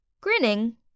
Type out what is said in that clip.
grinning